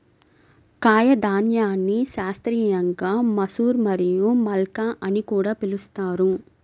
కాయధాన్యాన్ని శాస్త్రీయంగా మసూర్ మరియు మల్కా అని కూడా పిలుస్తారు